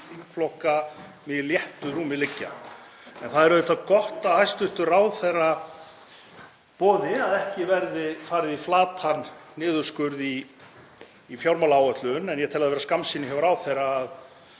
þingflokka mér í léttu rúmi liggja. Það er auðvitað gott að hæstv. ráðherra boði að ekki verði farið í flatan niðurskurð í fjármálaáætlun en ég tel það vera skammsýni hjá ráðherra